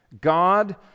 God